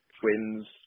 Twins